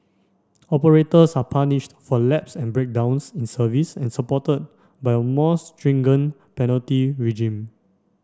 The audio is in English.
operators are punished for lapses and breakdowns in service and supported by a more penalty regime